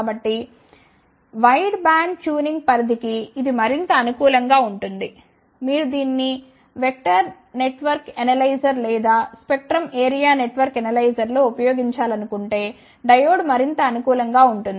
కాబట్టి wide band tuning పరిధి కి ఇది మరింత అనుకూలం గా ఉంటుంది మీరు దీన్ని వెక్టర్ నెట్వర్క్ ఎనలైజర్ లేదా స్పెక్ట్రం ఏరియా నెట్వర్క్ ఎనలైజర్లో ఉపయోగించాలనుకుంటే డయోడ్ మరింత అనుకూలం గా ఉంటుంది